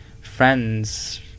friends